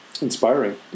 inspiring